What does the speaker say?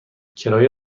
کرایه